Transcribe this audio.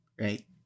Right